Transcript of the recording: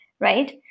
right